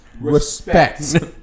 Respect